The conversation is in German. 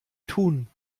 tun